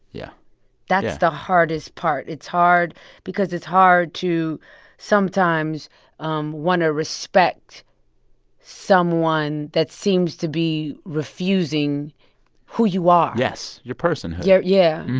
yeah that's the hardest part. it's hard because it's hard to sometimes um want to ah respect someone that seems to be refusing who you are yes, your personhood yeah. yeah,